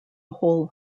whole